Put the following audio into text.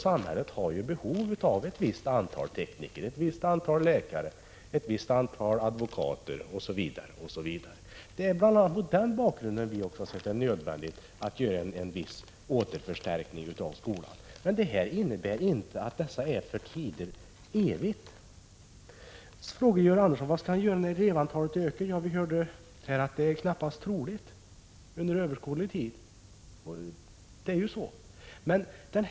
Samhället har ju — och detta är viktigt — behov av ett visst antal tekniker, läkare, akademiker OSV. Det är bl.a. mot denna bakgrund som vi har ansett det nödvändigt att göra vissa förstärkningar inom skolan, men detta innebär inte att pengar behöver anslås till dessa ändamål för evig tid. Georg Andersson frågar: Vad skall ni göra när elevantalet ökar? Vi hörde här Larz Johansson säga att det knappast är troligt att antalet ökar inom överskådlig tid.